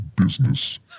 business